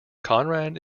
conrad